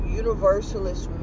universalist